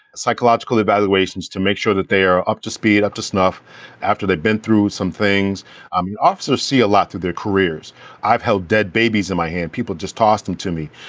psychological evaluations, to make sure that they are up to speed up to snuff after they've been through some things um officers see a lot through their careers i've held dead babies in my hand. people just toss them to me.